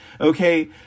Okay